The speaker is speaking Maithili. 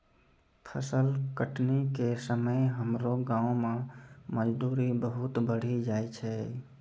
फसल कटनी के समय हमरो गांव मॅ मजदूरी बहुत बढ़ी जाय छै